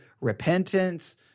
repentance